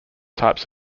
type